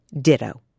Ditto